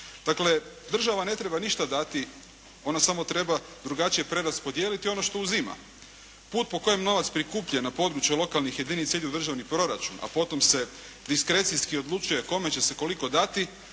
Dakle, država ne treba ništa dati. Ona samo treba drugačije preraspodijeliti ono što uzima. Put po kojem je novac prikupljen na području lokalnih jedinica ide u državni proračun, a potom se diskrecijski odlučuje kome će se koliko dati